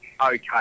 okay